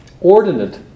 ordinate